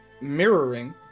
mirroring